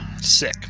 Sick